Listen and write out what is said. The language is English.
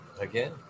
Again